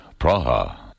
Praha